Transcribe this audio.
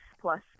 plus